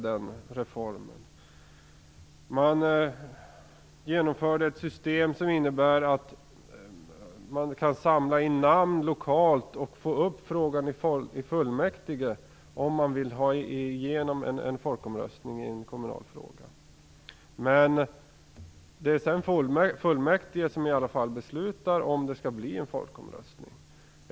Det genomfördes ett system som innebär att man kan samla in namn lokalt och föra upp frågan i fullmäktige om man vill ha igenom en folkomröstning i en kommunal fråga. Men det är sedan fullmäktige som beslutar om det skall bli en folkomröstning.